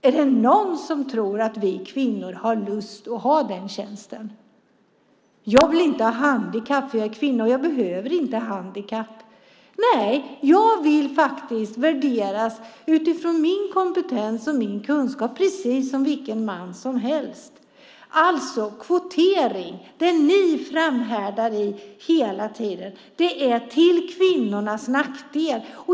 Är det någon som tror att vi kvinnor har lust att ha den tjänsten? Jag vill inte ha handikapp för att jag är kvinna, och jag behöver inte handikapp. Nej, jag vill faktiskt värderas utifrån min kompetens och min kunskap, precis som vilken man som helst. Alltså kvotering, som ni framhärdar med hela tiden, är till kvinnornas nackdel.